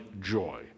joy